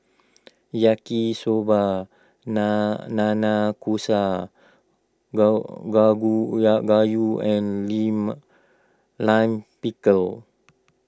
Yaki Soba Na Nanakusa gusa ga gagu uya Gayu and Lima Lime Pickle